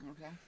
Okay